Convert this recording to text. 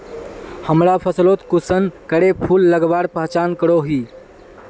हमरा फसलोत कुंसम करे फूल लगवार पहचान करो ही?